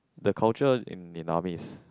the culture in in army is